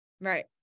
Right